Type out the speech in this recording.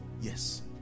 yes